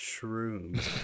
Shrooms